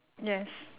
yes